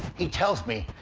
he tells me,